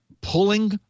pulling